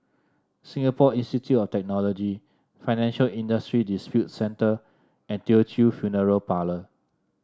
Singapore Institute of Technology Financial Industry Disputes Center and Teochew Funeral Parlour